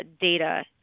data